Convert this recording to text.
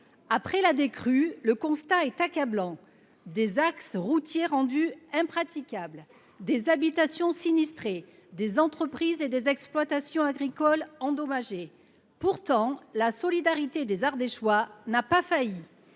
Après la décrue, le constat est accablant : des axes routiers rendus impraticables, des habitations sinistrées, des entreprises et des exploitations agricoles endommagées. La solidarité des Ardéchois n’a pas failli